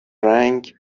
رنگ